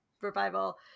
revival